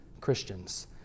Christians